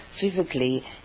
physically